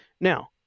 Now